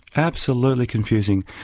absolutely confusing.